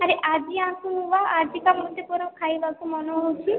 ଆରେ ଆଜି ଆସୁନୁ ବା ଆଜି ତ ମୋତେ ପୁରା ଖାଇବା କୁ ମନ ହେଉଛି